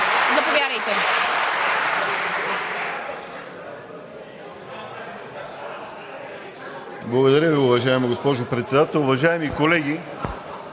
Заповядайте.